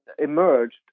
emerged